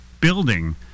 building